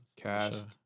cast